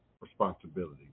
responsibility